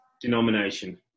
denomination